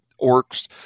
orcs